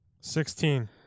sixteen